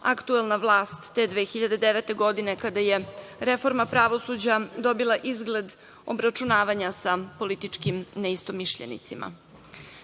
aktuelna vlast te 2009. godine, kada je reforma pravosuđa dobila izgled obračunavanja sa političkim neistomišljenicima. Čelnici